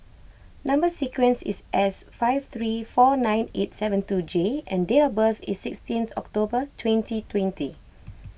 Number Sequence is S five three four nine eight seven two J and date of birth is sixteen October twenty twenty